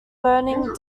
burning